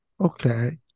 okay